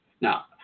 now